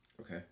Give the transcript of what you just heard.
Okay